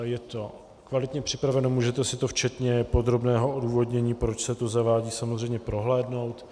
Je to kvalitně připraveno, můžete si to včetně podrobného odůvodnění, proč se to zavádí, samozřejmě prohlédnout.